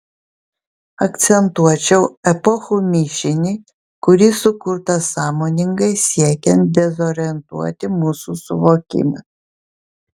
akcentuočiau epochų mišinį kuris sukurtas sąmoningai siekiant dezorientuoti mūsų suvokimą